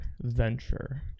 venture